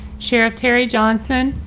sheriff terry johnson,